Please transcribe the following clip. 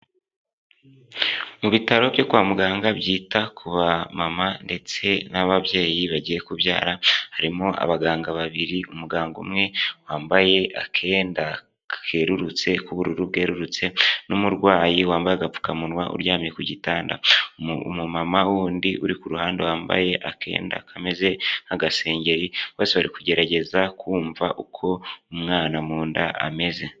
Mu bitaro byo kwa muganga byita kuba mama ndetse n'ababyeyi bagiye kubyara harimo abaganga babiri umuganga umwe, wambaye akenda kerurutse k'ubururu bwerurutse n'umurwayi wambaye agapfukamunwa uryamye ku gitanda, umumama wundi uri ku ruhande wambaye akenda kameze nk'agasengeri bose bari kugerageza kumva uko umwana mu nda ameze.